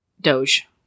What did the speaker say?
doge